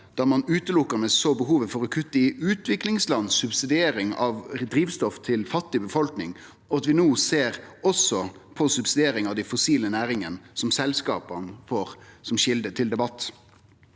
der ein utelukkande såg behovet for å kutte i utviklingslanda si subsidiering av drivstoff til ei fattig befolkning, og at vi no også ser på subsidieringa av dei fossile næringane, av selskapa, som ei kjelde til debatt.